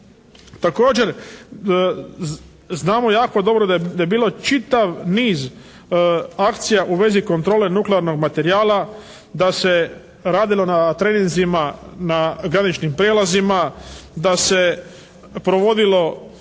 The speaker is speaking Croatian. Također znamo jako dobro da je bio čitav niz akcija u vezi kontrole nuklearnog materijala, da se radilo na treninzima na graničnim prijelazima, da se provodilo